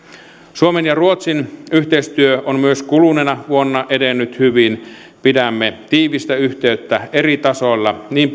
suomen ja ruotsin yhteistyö on myös kuluneena vuonna edennyt hyvin pidämme tiivistä yhteyttä eri tasoilla niin